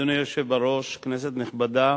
(הכרזה על חבר בני-אדם זר כארגון טרור ועל אדם זר כפעיל טרור),